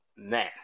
Man